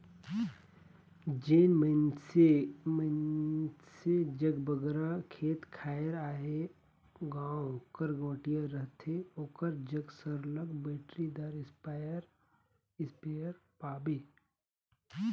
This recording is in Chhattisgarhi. जेन मइनसे जग बगरा खेत खाएर अहे गाँव कर गंवटिया रहथे ओकर जग सरलग बइटरीदार इस्पेयर पाबे